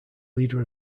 leader